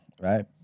right